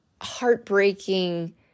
heartbreaking